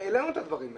העלינו את הדברים האלה.